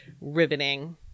riveting